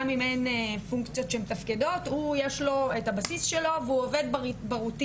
אם אין פונקציות שמתפקדות יש לו את הבסיס שלו והוא עובד ברוטינה.